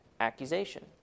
Accusation